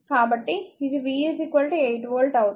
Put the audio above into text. కాబట్టి ఇది v 8 volt అవుతుంది